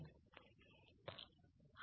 பொருள்